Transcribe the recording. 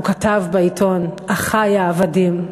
הוא כתב בעיתון: אחי העבדים.